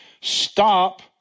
Stop